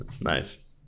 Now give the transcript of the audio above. Nice